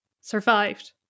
survived